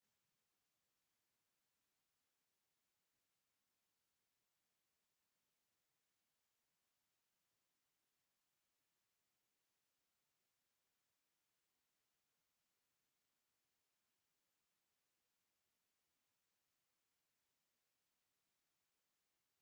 Kasha linalo hifadhi mbegu aina ya mbegu ya kabichi likiwa linaonesha jina la kampuni lililo tengeneza mbegu izo pamoja na picha ya kabichi iyo katika kasha ilo.